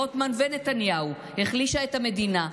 רוטמן ונתניהו החלישה את המדינה,